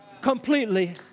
Completely